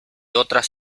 otras